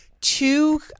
two